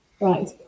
Right